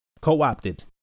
co-opted